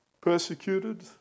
persecuted